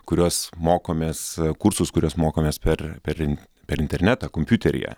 kuriuos mokomės kursus kuriuos mokomės per per in per internetą kompiuteryje